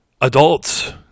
adults